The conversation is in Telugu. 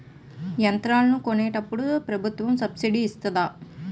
యంత్రాలను కొన్నప్పుడు ప్రభుత్వం సబ్ స్సిడీ ఇస్తాధా?